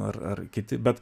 ar kiti bet